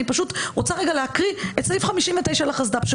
אני פשוט רוצה להקריא את סעיף 59 לחסד"פ,